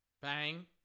Bang